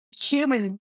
human